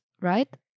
right